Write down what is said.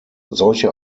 solche